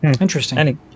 interesting